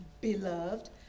Beloved